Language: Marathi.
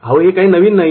अहो हे काही नवीन नाही